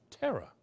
terror